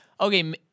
okay